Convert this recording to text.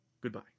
Goodbye